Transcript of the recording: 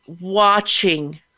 watching